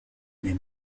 les